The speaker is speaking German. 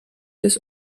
des